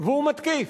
והוא מתקיף,